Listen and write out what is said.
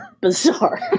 bizarre